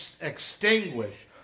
extinguish